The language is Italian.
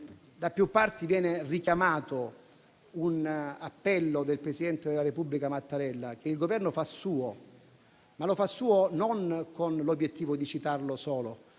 da più parti viene richiamato un appello del presidente della Repubblica Mattarella, che il Governo fa suo; lo fa suo con l'obiettivo non solo